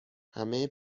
همه